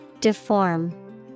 Deform